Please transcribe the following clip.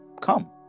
come